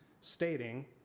stating